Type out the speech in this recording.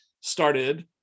started